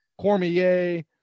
Cormier